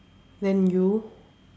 then you